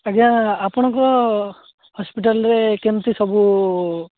ଆଜ୍ଞା ଆପଣଙ୍କ ହସ୍ପିଟାଲରେ କେମିତି ସବୁ